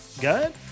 Good